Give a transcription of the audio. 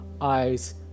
eyes